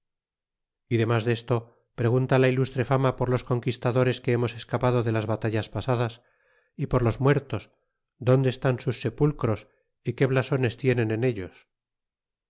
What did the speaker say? y demás desto pregunta la ilustre fama por los conquistadores que hemos escapado de las batallas pasadas y por los muertos donde están sus sepulcros y qué blasones tienen en ellos